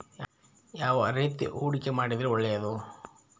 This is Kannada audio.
ಯಾವ ರೇತಿ ಹೂಡಿಕೆ ಮಾಡಿದ್ರೆ ಒಳ್ಳೆಯದು?